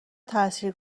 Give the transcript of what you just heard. تأثیر